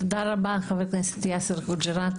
תודה רבה, חבר הכנסת יאסר חוג'יראת.